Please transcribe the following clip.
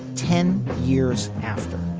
ten years after